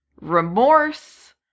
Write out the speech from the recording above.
remorse